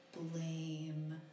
blame